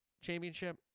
Championship